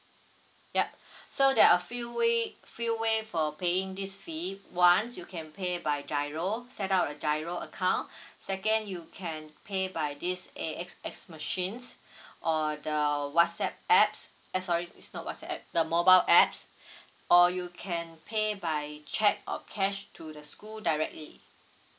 yup so there are a few way few way for paying this fee one you can pay by giro set up a giro account second you can pay by this A_X_S machines or the whatsapp apps eh sorry is not whaatsapp app the mobile apps or you can pay by cheque or cash to the school directly